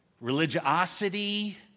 religiosity